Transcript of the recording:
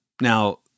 Now